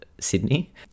sydney